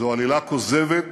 זו עלילה כוזבת,